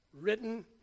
written